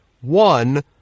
one